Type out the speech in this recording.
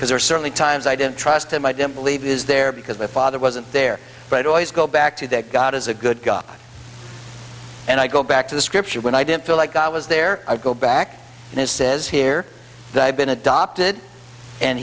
man these are certainly times i didn't trust them i don't believe is there because my father wasn't there but always go back to that god is a good guy and i go back to the scripture when i didn't feel like i was there i go back and it says here that i've been adopted and